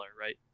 right